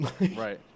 Right